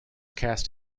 cast